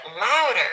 louder